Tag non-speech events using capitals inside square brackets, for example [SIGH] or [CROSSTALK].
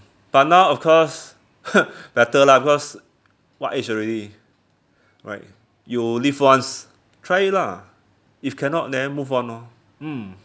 but now of course [NOISE] better lah because what age already right you live once try it lah if cannot then move on lor mm